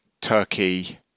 Turkey